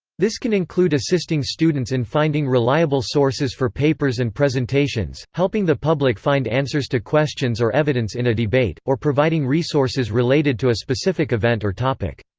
this can include assisting students in finding reliable sources for papers and presentations helping the public find answers to questions or evidence in a debate or providing resources related to a specific event or topic.